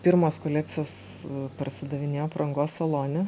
pirmos kolekcijos parsidavinėjo aprangos salone